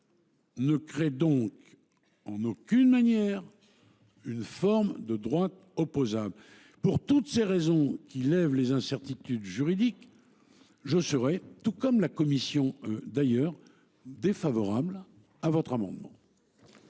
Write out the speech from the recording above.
ne crée donc en aucune manière une forme de droit opposable. Pour toutes ces raisons, qui lèvent les incertitudes juridiques, je suis, tout comme la commission d’ailleurs, défavorable à votre amendement.